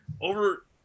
over